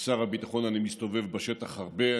כשר הביטחון אני מסתובב בשטח הרבה,